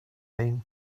been